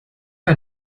ein